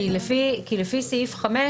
כי לפי סעיף 5,